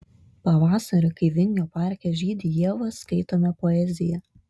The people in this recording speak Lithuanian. pavasarį kai vingio parke žydi ievos skaitome poeziją